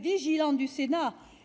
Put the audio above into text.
vigilance du Sénat